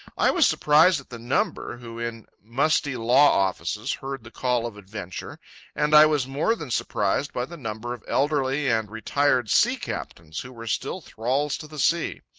i was surprised at the number, who, in musty law offices, heard the call of adventure and i was more than surprised by the number of elderly and retired sea captains who were still thralls to the sea.